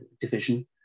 Division